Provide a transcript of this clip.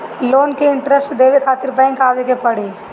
Loan के interest देवे खातिर बैंक आवे के पड़ी?